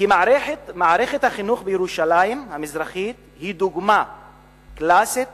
כי מערכת החינוך בירושלים המזרחית היא דוגמה קלאסית